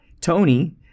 Tony